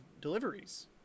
deliveries